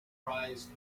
prize